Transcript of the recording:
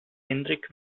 hendrik